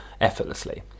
effortlessly